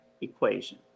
equation